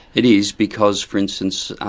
it is, because for instance,